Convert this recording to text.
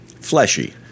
fleshy